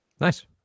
Nice